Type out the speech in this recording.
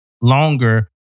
longer